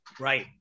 Right